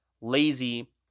lazy